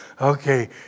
okay